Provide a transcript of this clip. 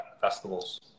festivals